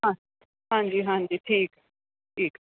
ਹਾਂ ਹਾਂਜੀ ਹਾਂਜੀ ਠੀਕ ਠੀਕ